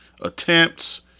attempts